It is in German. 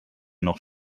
noch